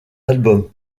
album